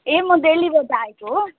ए म देल्लीबाट आएको हो